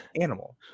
animal